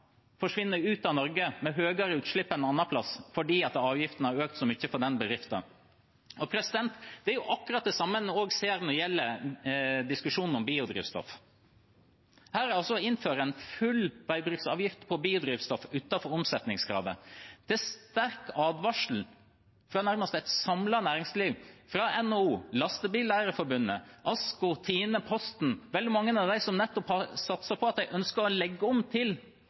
forsvinner ut av Norge med høyere utslipp et annet sted fordi avgiftene har økt så mye på bedriften. Det er akkurat det samme en også ser når det gjelder diskusjonen om biodrivstoff. Her innfører en altså full veibruksavgift på biodrivstoff utenfor omsetningskravet. Det er sterke advarsler fra nærmest et samlet næringsliv – fra NHO, Lastebileier-Forbundet, ASKO, Tine, Posten. Veldig mange av dem som nettopp har satset på og ønsker å legge om til